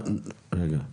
רגע,